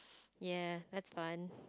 ya that's fun